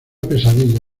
pesadilla